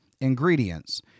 ingredients